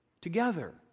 Together